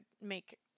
make